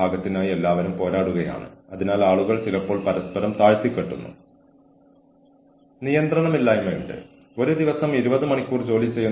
അതിനാൽ എല്ലാവരുടെയും കുടുംബങ്ങൾക്ക് പരസ്പരം അറിയാം കൂടാതെ ഇത് ഇവിടെ ഒരു വലിയ സന്തുഷ്ട കുടുംബം പോലെയാണ്